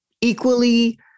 equally